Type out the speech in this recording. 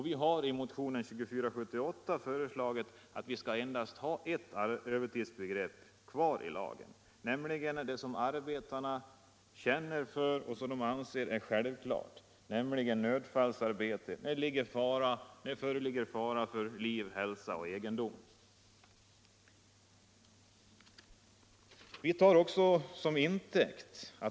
Vi har i motionen 2478 föreslagit att man endast skall ha ett övertidsbegrepp i lagen, det som arbetarna känner för och anser självklart, nämligen nödfallsarbete när det föreligger fara för liv, hälsa och egendom.